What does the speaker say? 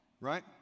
Right